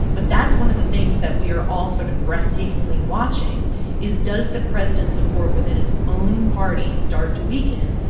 but that's one of the things that we are all sort of breathtakingly watching is, does the president's support within his own party start to weaken?